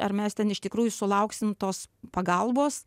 ar mes ten iš tikrųjų sulauksim tos pagalbos